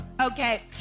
Okay